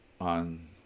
on